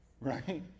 right